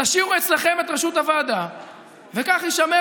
תשאירו אצלכם את ראשות הוועדה וכך יישמר